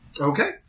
okay